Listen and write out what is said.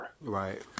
Right